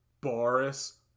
Boris